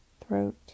throat